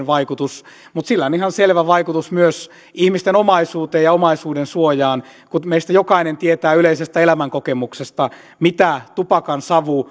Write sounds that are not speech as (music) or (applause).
(unintelligible) vaikutus mutta sillä on ihan selvä vaikutus myös ihmisten omaisuuteen ja omaisuudensuojaan kun meistä jokainen tietää yleisestä elämänkokemuksesta mitä tupakansavu (unintelligible)